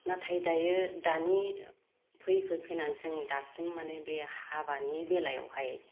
नाथाय दायो दानि फै फैयै फैनानै जों दासिम माने बे हाबानि बेलायावहाय